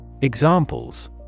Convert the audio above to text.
Examples